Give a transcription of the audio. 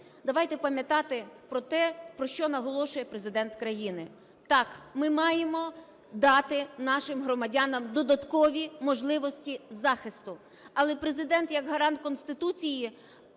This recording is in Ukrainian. давайте пам'ятати про те, про що наголошує Президент країни. Так, ми маємо дати нашим громадянам додаткові можливості захисту. Але Президент як гарант Конституції,